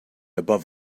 above